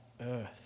earth